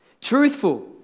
Truthful